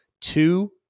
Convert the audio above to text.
two